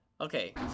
Okay